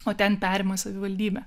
o ten perima savivaldybė